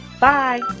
bye